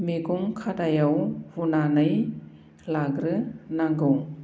मैगं खादायाव हुनानै लाग्रोनांगौ